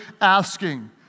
asking